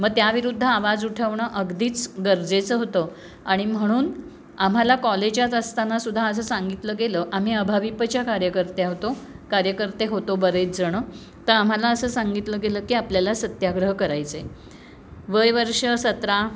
मग त्याविरुद्ध आवाज उठवणं अगदीच गरजेचं होतं आणि म्हणून आम्हाला कॉलेजात असताना सुद्धा असं सांगितलं गेलं आम्ही अभाविपच्या कार्यकर्त्या होतो कार्यकर्ते होतो बरेच जण तर आम्हाला असं सांगितलं गेलं की आपल्याला सत्याग्रह करायचं आहे वय वर्ष सतरा